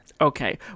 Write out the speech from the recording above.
Okay